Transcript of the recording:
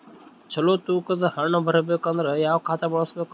ಚಲೋ ತೂಕ ದ ಹಣ್ಣನ್ನು ಬರಬೇಕು ಅಂದರ ಯಾವ ಖಾತಾ ಬಳಸಬೇಕು?